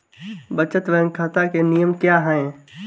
बचत बैंक खाता के नियम क्या हैं?